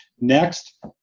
Next